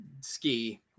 ski